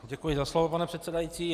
Děkuji za slovo, pane předsedající.